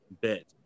bit